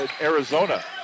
Arizona